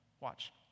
watch